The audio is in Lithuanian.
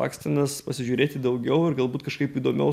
akstinas pasižiūrėti daugiau ir galbūt kažkaip įdomiau